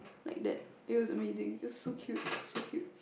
like that it was amazing it was so cute so cute